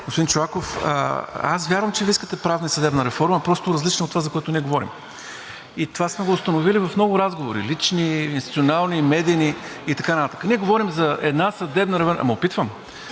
Господин Чолаков, аз вярвам, че Вие искате правна и съдебна реформа просто различна от това, за което ние говорим. И това сме го установили в много разговори – лични, институционални, медийни и така нататък. Ние говорим за една съдебна реформа… РАДОМИР